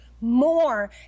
more